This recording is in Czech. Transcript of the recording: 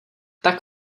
tak